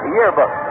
Yearbook